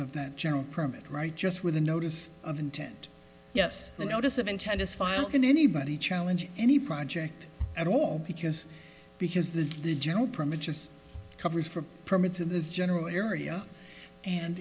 of that general permit right just with a notice of intent yes the notice of intent is filed can anybody challenge any project at all because because the the general permit just covers for permits in this general area and